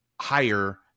higher